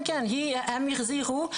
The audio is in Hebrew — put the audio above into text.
הם החזירו,